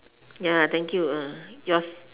ya thank you ah yours